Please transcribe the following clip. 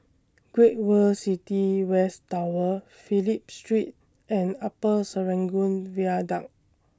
Great World City West Tower Phillip Street and Upper Serangoon Viaduct